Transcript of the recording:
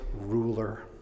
ruler